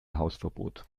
hausverbot